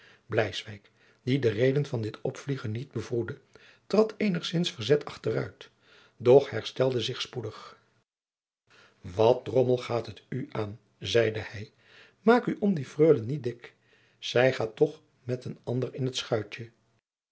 die de reden van dit opvliegen niet bevroedde trad eenigzins verzet achteruit doch herstelde zich spoedig wat drommel gaat het u aan zeide hij maak u om die freule niet dik zij gaat toch met een ander in t schuitje